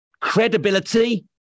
credibility